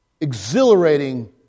exhilarating